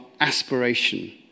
aspiration